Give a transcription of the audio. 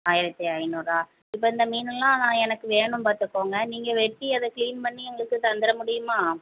ஆயிரத்தி ஐந்நூறா இப்போ இந்த மீனெலாம் நான் எனக்கு வேணும் பார்த்துக்கோங்க நீங்கள் வெட்டி அதை க்ளீன் பண்ணி எங்களுக்கு தந்துட முடியுமா